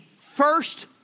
first